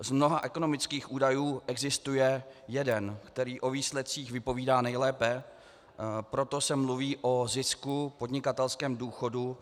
Z mnoha ekonomických údajů existuje jeden, který o výsledcích vypovídá nejlépe, proto se mluví o zisku, podnikatelském důchodu.